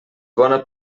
bona